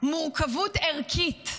מורכבות ערכית.